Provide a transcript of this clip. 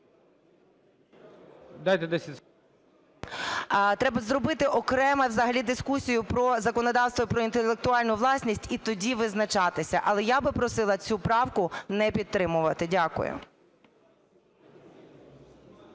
І.О. ... треба зробити окрему взагалі дискусію про законодавство про інтелектуальну власність - і тоді визначатися. Але я би просила цю правку не підтримувати. Дякую.